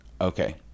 Okay